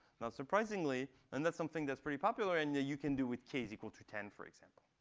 not surprisingly. and that's something that's pretty popular. and yeah you can do with k is equal to ten, for example.